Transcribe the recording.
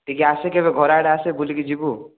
ଟିକେ ଆସ କେବେ ଘର ଆଡ଼େ ଆସ ବୁଲିକି ଯିବୁ